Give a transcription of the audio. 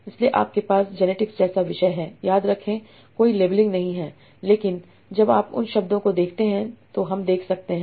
इसलिए आपके पास जेनेटिक्स जैसा विषय है याद रखें कोई लेबलिंग नहीं है लेकिन जब आप उन शब्दों को देखते हैं तो हम देख सकते हैं